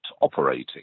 operating